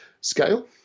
scale